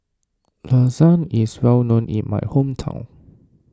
Lasagne is well known in my hometown